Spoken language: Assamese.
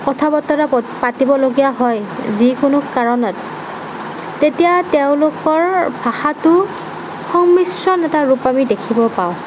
কথা বতৰা পাতিবলগীয়া হয় যিকোনো কাৰণত তেতিয়া তেওঁলোকৰ ভাষাটো সংমিশ্ৰণ এটা ৰূপ আমি দেখিব পাওঁ